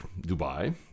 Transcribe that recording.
Dubai